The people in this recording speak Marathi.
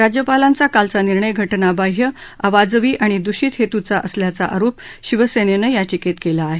राज्यपालांचा कालचा निर्णय घटनाबाह्य अवाजवी आणि दूषित हेतूचा असल्याचा आरोप शिवसेनेनं याचिकेत केला आहे